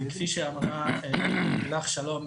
כפי שאמרה לילך שלום,